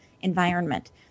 environment